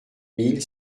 mille